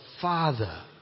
Father